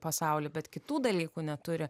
pasaulį bet kitų dalykų neturi